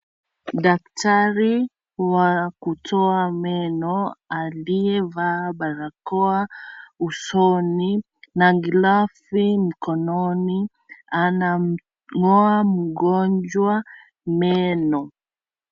Daktari wa kutoa meno. Aliyevaa barakoa usoni na glovu mikononi. Anamg'oa mgonjwa meno.